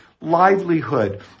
livelihood